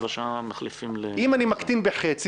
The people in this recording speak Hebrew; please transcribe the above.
אם אני מקטין בחצי,